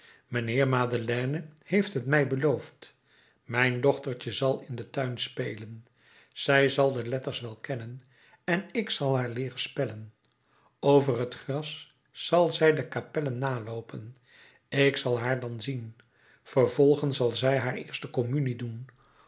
mijnheer madeleine heeft het mij beloofd mijn dochtertje zal in den tuin spelen zij zal de letters wel kennen en ik zal haar leeren spellen over het gras zal zij de kapellen naloopen ik zal haar dan zien vervolgens zal zij haar eerste communie doen